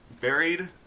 buried